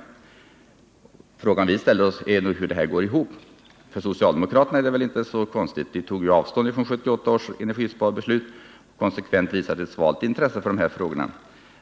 Den fråga som vi ställer oss är nu hur det här går ihop. För socialdemokraterna är det väl inte så konstigt. De tog ju avstånd från 1978 års energisparbeslut och har konsekvent visat ett svalt intresse för de här frågorna.